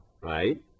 right